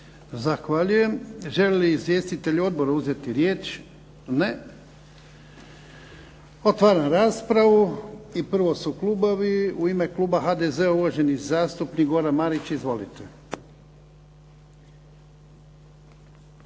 Zahvaljujem. Želi li izvjestitelji odbora uzeti riječ? Ne. Otvaram raspravu. I prvo su klubovi. U ime kluba HDZ-a uvaženi zastupnik Goran Marić. Izvolite.